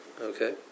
okay